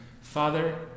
Father